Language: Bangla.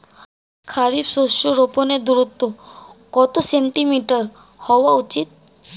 খারিফ শস্য রোপনের দূরত্ব কত সেন্টিমিটার হওয়া উচিৎ?